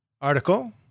article